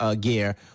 gear